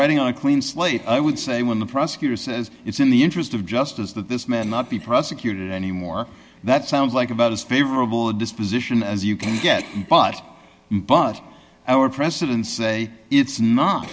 writing on a clean slate i would say when the prosecutor says it's in the interest of justice that this man not be prosecuted anymore that sounds like about as favorable a disposition as you can get but but our president say it's not